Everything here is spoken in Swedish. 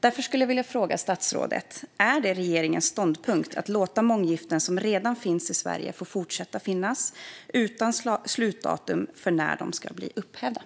Därför skulle jag vilja fråga statsrådet: Är det regeringens ståndpunkt att låta månggiften som redan finns i Sverige få fortsätta finnas, utan datum för när de ska upphävas?